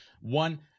One